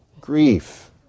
grief